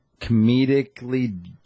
comedically